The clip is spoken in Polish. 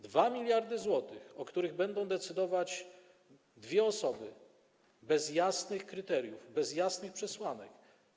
2 mld zł, o których będą decydować dwie osoby bez jasnych kryteriów, bez jasnych przesłanek.